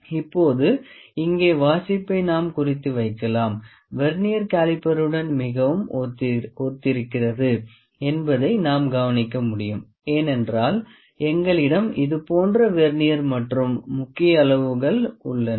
இப்போது இங்கே வாசிப்பை நாம் குறித்து வைக்கலாம் வெர்னியர் காலிப்பருடன் மிகவும் ஒத்திருக்கிறது என்பதை நாம் கவனிக்க முடியும் ஏனென்றால் எங்களிடம் இதுபோன்ற வெர்னியர் மற்றும் முக்கிய அளவுகள் உள்ளன